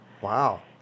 Wow